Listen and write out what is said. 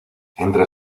entre